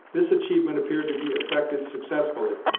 this achievement appeared to be effected successfully,